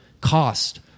cost